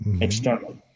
external